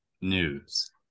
news